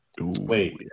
Wait